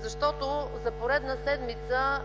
защото за поредна седмица